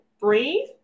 breathe